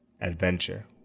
adventure